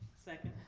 second.